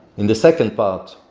in the second part,